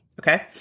Okay